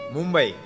Mumbai